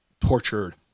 tortured